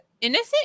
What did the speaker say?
Innocent